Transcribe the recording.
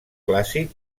clàssic